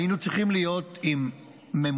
היינו צריכים להיות עם ממונה,